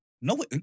No